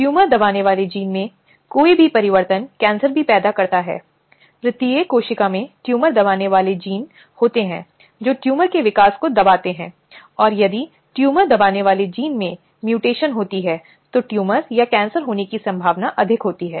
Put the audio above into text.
इसलिए यौन उत्पीड़न एक अधिनियम है जो संवैधानिक गारंटी का उल्लंघन करता है जो विशेष रूप से महिलाओं के संबंध में हैं और यह भूमि के कानून के तहत आपराधिक मामलों का गठन करता है